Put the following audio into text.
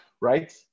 right